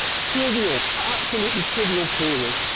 trivial, absolutely trivial query.